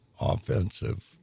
offensive